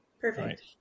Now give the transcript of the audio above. Perfect